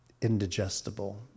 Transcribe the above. indigestible